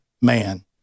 man